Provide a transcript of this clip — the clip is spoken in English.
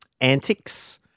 antics